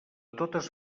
totes